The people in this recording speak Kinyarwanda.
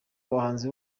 abahanzi